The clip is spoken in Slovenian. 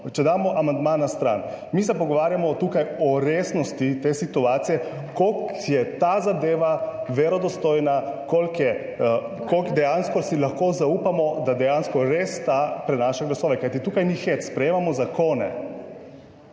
če damo amandma na stran. Mi se pogovarjamo tukaj o resnosti te situacije, koliko je ta zadeva verodostojna, koliko si dejansko lahko zaupamo, da dejansko res ta prinaša glasove, kajti tukaj ni heca, sprejemamo zakone.